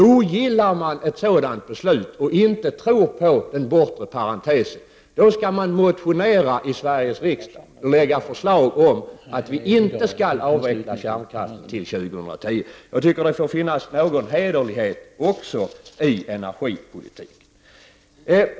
Om man ogillar ett sådant beslut och inte tror på den bortre parentesen, då skall man motionera i Sveriges riksdag och lägga fram förslag om att vi inte skall avveckla kärnkraften till år 2010. Jag tycker att det måste finnas någon hederlighet också i energipolitiken.